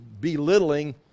belittling